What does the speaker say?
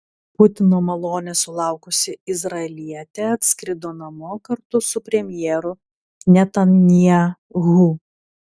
putino malonės sulaukusi izraelietė atskrido namo kartu su premjeru netanyahu